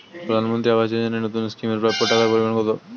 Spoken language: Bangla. প্রধানমন্ত্রী আবাস যোজনায় নতুন স্কিম এর প্রাপ্য টাকার পরিমান কত?